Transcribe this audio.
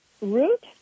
root